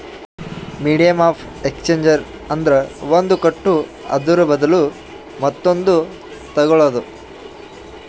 medium of exchange ಅಂದ್ರ ಒಂದ್ ಕೊಟ್ಟು ಅದುರ ಬದ್ಲು ಮತ್ತೊಂದು ತಗೋಳದ್